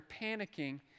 panicking